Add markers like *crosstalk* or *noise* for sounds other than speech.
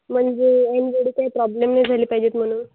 म्हणेज *unintelligible* काही प्रोब्लम नाही झाले पाहिजेत म्हणून